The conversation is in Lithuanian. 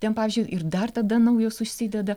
ten pavyzdžiui ir dar tada naujos užsideda